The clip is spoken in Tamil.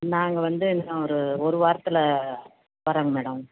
நாங்கள் வந்து இன்னும் ஒரு ஒரு வாரத்தில் வரோங்க மேடம்